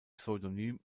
pseudonym